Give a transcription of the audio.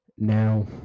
Now